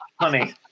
honey